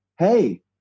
Hey